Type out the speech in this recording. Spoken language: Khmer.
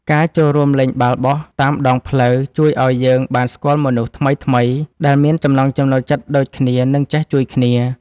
ការចូលរួមលេងបាល់បោះតាមដងផ្លូវជួយឱ្យយើងបានស្គាល់មនុស្សថ្មីៗដែលមានចំណង់ចំណូលចិត្តដូចគ្នា និងចេះជួយគ្នា។